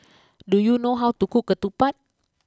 do you know how to cook Ketupat